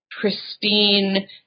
pristine